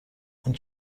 اون